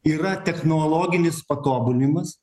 yra technologinis patobulinimas